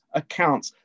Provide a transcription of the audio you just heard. accounts